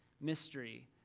mystery